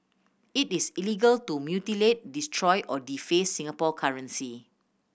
it is illegal to mutilate destroy or deface Singapore currency